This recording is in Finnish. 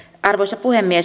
arvoisa puhemies